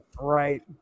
right